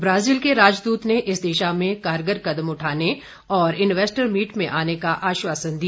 Brazil के राजदृत ने इस दिशा में कारगर कदम उठाने और इन्वेस्टर मीट में आने का आश्वासन दिया